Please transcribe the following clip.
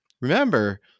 Remember